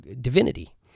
divinity